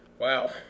Wow